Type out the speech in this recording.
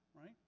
right